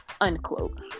unquote